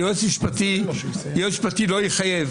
יועץ משפטי לא יחייב.